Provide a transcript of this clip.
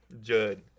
Judd